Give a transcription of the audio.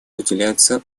уделяется